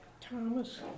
Thomas